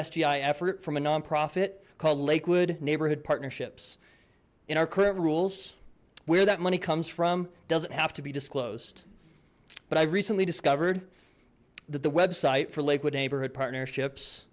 sgi effort from a nonprofit called lakewood neighborhood partnerships in our current rules where that money comes from doesn't have to be disclosed but i've recently discovered that the website for lakewood neighborhood partnerships